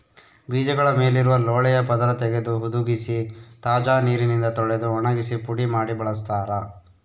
ಬೀಜಗಳ ಮೇಲಿರುವ ಲೋಳೆಯ ಪದರ ತೆಗೆದು ಹುದುಗಿಸಿ ತಾಜಾ ನೀರಿನಿಂದ ತೊಳೆದು ಒಣಗಿಸಿ ಪುಡಿ ಮಾಡಿ ಬಳಸ್ತಾರ